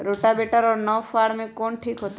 Rotavator और नौ फ़ार में कौन ठीक होतै?